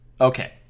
Okay